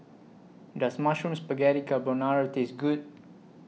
Does Mushroom Spaghetti Carbonara Taste Good